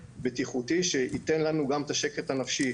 בטיחותי שייתן לנו גם את השקט הנפשי,